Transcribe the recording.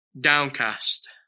downcast